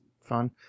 fun